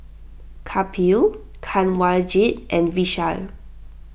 Kapil Kanwaljit and Vishal